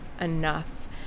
enough